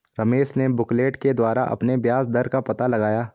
रमेश ने बुकलेट के द्वारा अपने ब्याज दर का पता लगाया